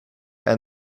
and